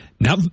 Now